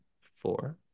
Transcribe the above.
four